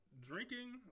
drinking